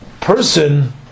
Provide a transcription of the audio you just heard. person